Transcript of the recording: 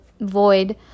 void